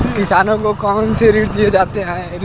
किसानों को कौन से ऋण दिए जाते हैं?